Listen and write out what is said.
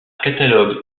catalogue